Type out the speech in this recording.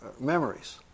memories